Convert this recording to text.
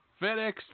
FedEx